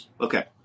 Okay